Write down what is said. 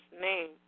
name